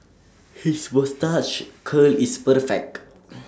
his moustache curl is perfect